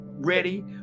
ready